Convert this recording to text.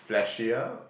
fleshier